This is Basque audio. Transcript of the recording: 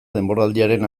denboraldiaren